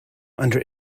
under